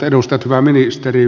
hyvä ministeri